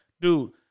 dude